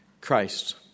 Christ